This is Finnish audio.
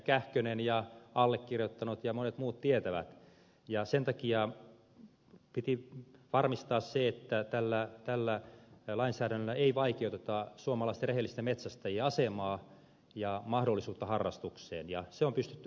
kähkönen ja allekirjoittanut ja monet muut tietävät ja sen takia piti varmistaa se että tällä lainsäädännöllä ei vaikeuteta suomalaisten rehellisten metsästäjien asemaa ja mahdollisuutta harrastukseen ja se on pystytty hoitamaan